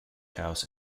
house